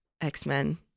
X-Men